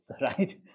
right